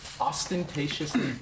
ostentatiously